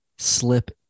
slip